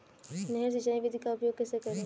नहर सिंचाई विधि का उपयोग कैसे करें?